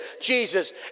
Jesus